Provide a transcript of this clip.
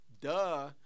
Duh